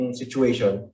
situation